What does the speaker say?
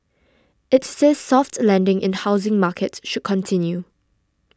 it says soft landing in housing market should continue